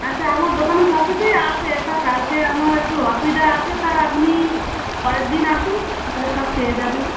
আচ্ছা আমার দোকানে সব কিছুই আছে তা কালকে আমার একটু অসুবিধা আছে তা আপনি পরের দিন আসুন তাহলে সব পেয়ে যাবে